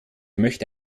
möchte